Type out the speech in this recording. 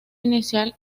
inicial